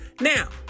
Now